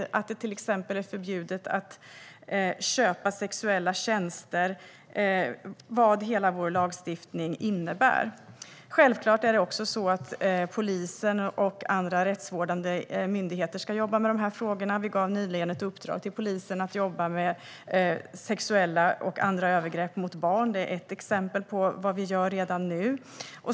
Det gäller till exempel att det är förbjudet att köpa sexuella tjänster och vad hela vår lagstiftning innebär. Självklart ska också polisen och andra rättsvårdande myndigheter jobba med dessa frågor. Vi gav nyligen ett uppdrag till polisen att jobba med sexuella och andra övergrepp mot barn. Det är ett exempel på vad vi gör redan nu.